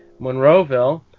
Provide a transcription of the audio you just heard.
Monroeville